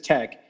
Tech